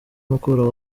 mukuru